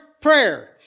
prayer